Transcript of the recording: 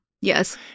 Yes